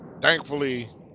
Thankfully